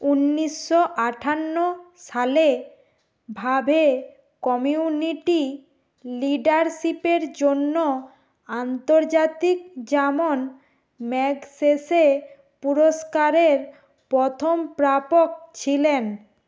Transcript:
উনিশশো আটান্ন সালে ভাভে কমিউনিটি লিডারশিপের জন্য আন্তর্জাতিক যেমন ম্যাগসেসে পুরস্কারের পথম প্রাপক ছিলেন